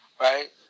Right